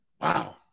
Wow